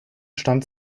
stand